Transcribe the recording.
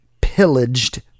pillaged